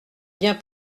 bien